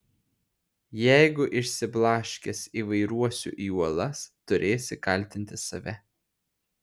jeigu išsiblaškęs įvairuosiu į uolas turėsi kaltinti save